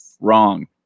Wrong